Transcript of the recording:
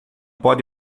pode